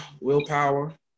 willpower